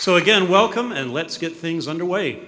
you again welcome and let's get things under way